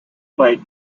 played